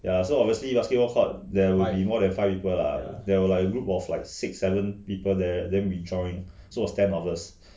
ya so obviously basketball there will be more than five people ah there were like a group of like six seven people there then we join so was ten of us